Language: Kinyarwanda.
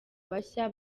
bashya